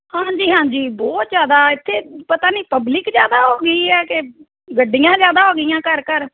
ਹਾਂਜੀ ਹਾਂਜੀ ਬਹੁਤ ਜ਼ਿਆਦਾ ਇੱਥੇ ਪਤਾ ਨਹੀਂ ਪਬਲਿਕ ਜ਼ਿਆਦਾ ਹੋ ਗਈ ਹੈ ਕਿ ਗੱਡੀਆਂ ਜ਼ਿਆਦਾ ਹੋ ਗਈਆਂ ਘਰ ਘਰ